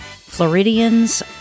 Floridians